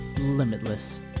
limitless